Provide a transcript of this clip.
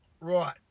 right